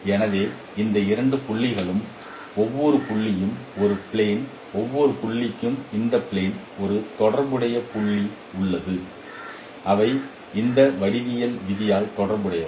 எனவே இந்த இரண்டு புள்ளிகளும் ஒவ்வொரு புள்ளியும் இந்த பிளான் ஒவ்வொரு புள்ளிக்கும் இந்த பிளான் ஒரு தொடர்புடைய புள்ளி உள்ளது அவை இந்த வடிவியல் விதியால் தொடர்புடையவை